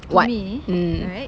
what mm